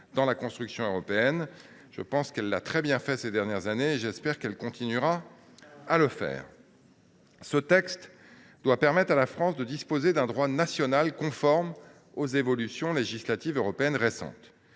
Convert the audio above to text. dans la construction européenne. J’estime qu’elle l’a très bien fait ces dernières années, et j’espère qu’elle continuera à le faire. Ce texte doit permettre à la France de disposer d’un droit national conforme aux évolutions législatives européennes récentes.